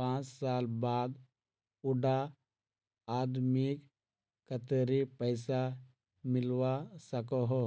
पाँच साल बाद उडा आदमीक कतेरी पैसा मिलवा सकोहो?